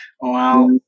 Wow